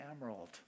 emerald